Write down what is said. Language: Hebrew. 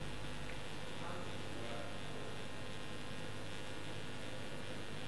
ההצעה להעביר את